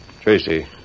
Tracy